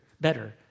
better